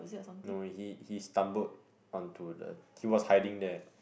no he he stumbled onto the he was hiding there